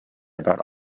about